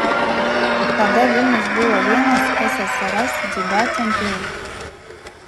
tada vilnius buvo vienas ssrs dziudo centrų